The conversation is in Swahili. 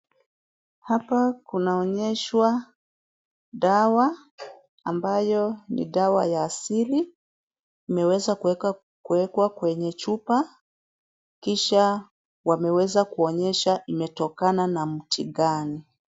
Hapa kunaonyeshwa dawa ambayo ni dawa ya siri. Imewezwa kuwekwa kwenye chupa, kisha wameweza kuonyesha imetokana na mti gani.